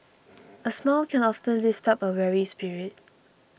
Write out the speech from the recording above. a smile can often lift up a weary spirit